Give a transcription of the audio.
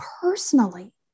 personally